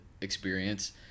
experience